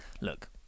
look